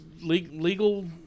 legal –